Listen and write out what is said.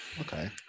Okay